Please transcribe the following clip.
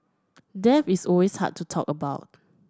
death is always hard to talk about